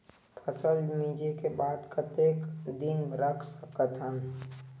फसल मिंजे के बाद कतेक दिन रख सकथन?